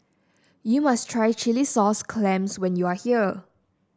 you must try Chilli Sauce Clams when you are here